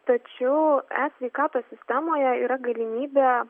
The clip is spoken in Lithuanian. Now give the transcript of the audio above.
tačiau e sveikatos sistemoje yra galimybė